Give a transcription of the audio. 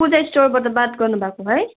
पूजा स्टोरबाट बात गर्नुभएको है